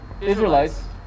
israelites